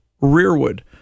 rearward